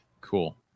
cool